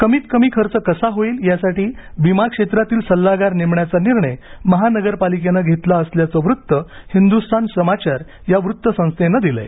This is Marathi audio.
कमीत कमी खर्च कसा होईल यासाठी विमा क्षेत्रातील सल्लागार नेमण्याचा निर्णय महानगरपालिकेनं घेतला असल्याचं वृत्त आहे हिंदुस्थान समाचार या वृत्त संस्थेनं दिलं आहे